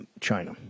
China